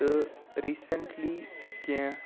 تہٕ ریۭسِنٹلِی کیٛنٚہہ